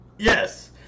Yes